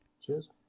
Cheers